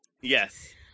Yes